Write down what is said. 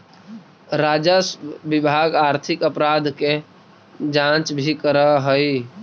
राजस्व विभाग आर्थिक अपराध के जांच भी करऽ हई